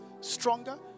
stronger